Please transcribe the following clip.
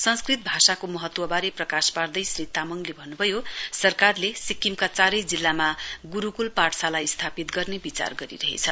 संस्कृत भाषाको महत्वबारे प्रकाश पार्दै श्री तामङले भन्नुभयो सरकारले सिक्किमका चारै जिल्लामा गुरूकूल पाठशाला स्थापित गर्ने विचार गरिरहेछ